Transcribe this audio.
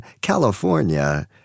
California